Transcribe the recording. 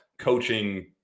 coaching